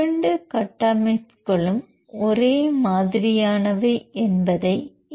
இரண்டு கட்டமைப்புகளும் ஒரே மாதிரியானவை என்பதை இங்கே காண்க